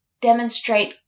demonstrate